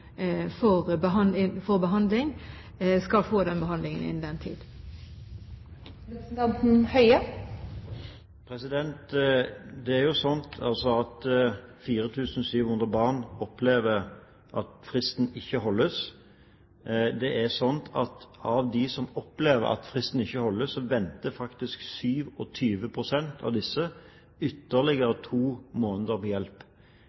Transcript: for behandling, skal få behandlingen innen den tid. Det er jo slik at 4 700 barn opplever at fristen ikke holdes. Av dem som opplever at fristen ikke holdes, venter faktisk 27 pst. ytterligere to måneder på hjelp.